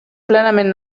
plenament